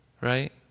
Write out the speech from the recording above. right